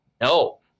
No